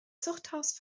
zuchthaus